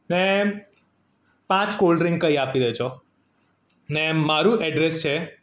ને પાંચ કોલ્ડ્રીંક કરી આપી દેજો ને મારું એડ્રેસ છે